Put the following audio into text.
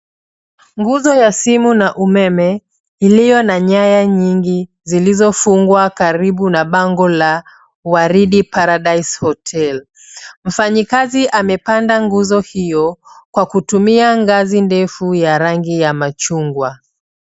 Nguzo ya simu na umeme, iliyo na nyaya nyingi zilizofungwa karibu na bango la, Waridi Paradise Hotel. Mfanyikazi amepanda nguzo hio, kwa kutumia ngazi ndefu ya rangi ya machungwa.